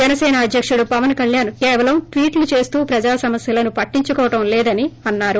జనసేన అధ్యకుడు పవన్ కళ్యాణ్ కేవలం ట్విట్లు చేస్తూ ప్రజా సమస్యలు పట్టించుకోవడం లేదని అన్నారు